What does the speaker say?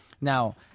Now